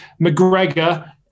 McGregor